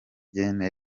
nyene